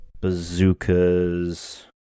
Bazookas